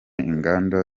inganda